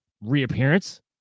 reappearance